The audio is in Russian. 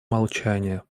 молчания